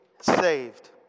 saved